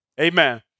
amen